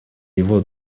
его